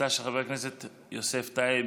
מס' 1261, הצעה של חבר הכנסת יוסף טייב.